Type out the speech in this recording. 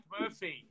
Murphy